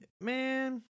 Man